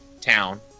town